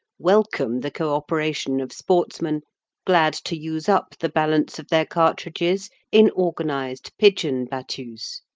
welcome the co-operation of sportsmen glad to use up the balance of their cartridges in organised pigeon battues.